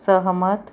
सहमत